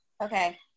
Okay